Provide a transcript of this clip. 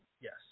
Yes